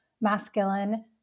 masculine